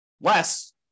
Less